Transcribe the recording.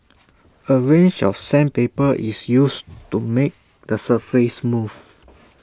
A range of sandpaper is used to make the surface smooth